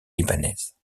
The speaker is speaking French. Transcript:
libanaise